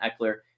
Eckler